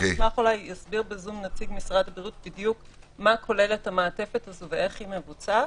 אולי נציג משרד הבריאות יסביר מה כוללת המעטפת הזו ואיך היא מבוצעת.